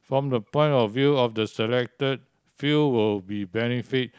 from the point of view of the select few who would benefit